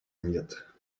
нет